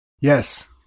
Yes